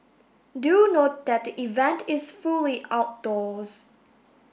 do note that the event is fully outdoors